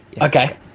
Okay